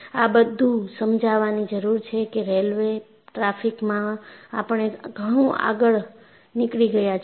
આ બધું સમજવાની જરૂર છે કે રેલ્વે ટ્રાફિકમાં આપણે ઘણું આગળ નીકળી ગયા છીએ